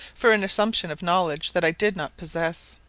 for an assumption of knowledge that i did not possess.